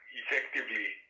effectively